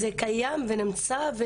זה קיים ונמצא.